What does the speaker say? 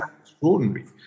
extraordinary